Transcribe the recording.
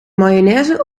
mayonaise